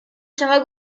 شما